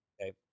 Okay